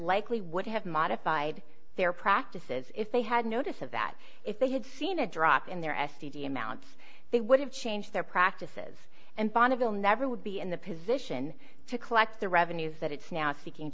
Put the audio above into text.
likely would have modified their practices if they had notice of that if they had seen a drop in their s t d amounts they would have changed their practices and bonneville never would be in the position to collect the revenues that it's now seeking